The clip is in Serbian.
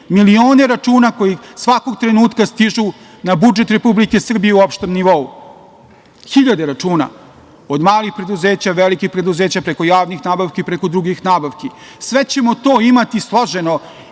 milione računa koji svakog trenutka stižu na budžet Republike Srbije u opštem nivou. Hiljade računa od malih preduzeća, velikih preduzeća, preko javnih nabavki, preko drugih nabavki. Sve ćemo to imati složeno